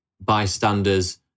bystanders